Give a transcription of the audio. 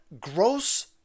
gross